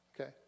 Okay